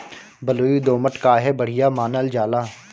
बलुई दोमट काहे बढ़िया मानल जाला?